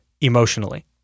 emotionally